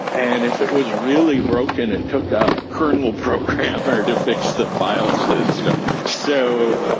and if it was really broken, it took a kernel programmer to fix the file system. so,